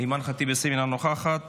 אימאן ח'טיב יאסין, אינה נוכחת,